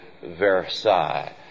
Versailles